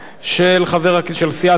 של סיעת חד"ש.